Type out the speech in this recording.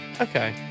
Okay